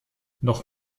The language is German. noch